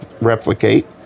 replicate